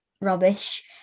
rubbish